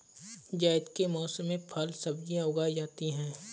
ज़ैद के मौसम में फल सब्ज़ियाँ उगाई जाती हैं